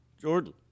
Jordan